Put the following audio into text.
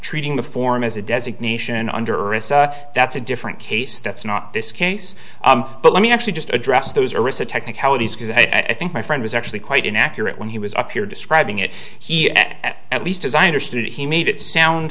treating the form as a designation under that's a different case that's not this case but let me actually just address those arista technicalities because i think my friend was actually quite inaccurate when he was up here to scribing it he at least as i understood it he made it sound